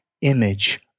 image